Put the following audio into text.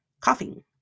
coughing